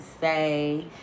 say